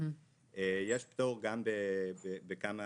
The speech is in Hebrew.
יש פטור בכמה